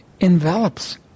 envelops